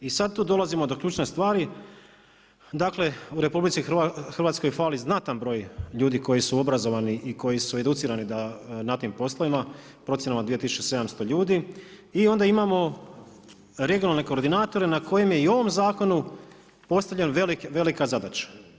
I sada tu dolazimo do ključne stvari, dakle u RH fali znatan broj ljudi koji su obrazovni i koji su educirani da na tim poslovima procjenama 2700 ljudi i onda imamo regionalne koordinatore na kojem je i ovom zakonu postavljena velika zadaća.